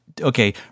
okay